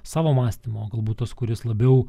savo mąstymo galbūt tas kuris labiau